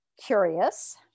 curious